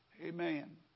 amen